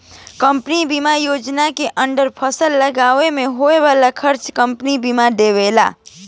फसल बीमा योजना के अंदर फसल लागावे में होखे वाला खार्चा के कंपनी देबेला